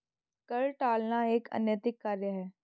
कर टालना एक अनैतिक कार्य है